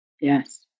Yes